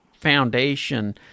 foundation